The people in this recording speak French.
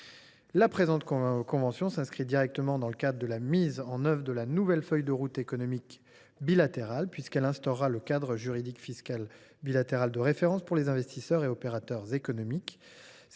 La présente convention s’inscrit directement dans le cadre de la mise en œuvre de la nouvelle feuille de route économique bilatérale, puisqu’elle instaurera le cadre juridique fiscal bilatéral de référence pour les investisseurs et opérateurs économiques.